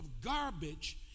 garbage